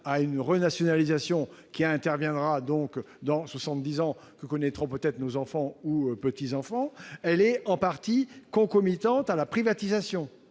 à une renationalisation, qui interviendra dans soixante-dix ans et que connaîtront peut-être nos enfants ou petits-enfants, mais en partie concomitante à la privatisation,